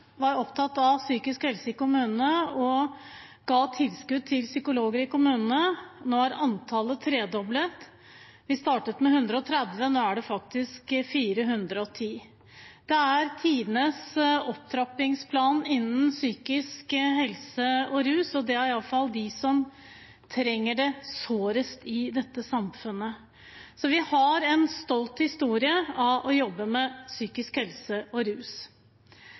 var opptatt av psykisk helse i kommunene og ga tilskudd til psykologer i kommunene. Nå er antallet tredoblet. Vi startet med 130, og nå er det faktisk 410. Det er tidenes opptrappingsplan innen områdene psykisk helse og rus, og det er i alle fall de som trenger det sårest i dette samfunnet. Vi er stolt av arbeidet med psykisk helse og rus.